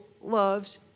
loves